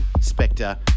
Spectre